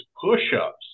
push-ups